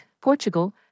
Portugal